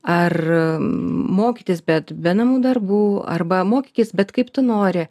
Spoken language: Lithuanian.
ar mokytis bet be namų darbų arba mokykis bet kaip tu nori